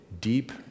deep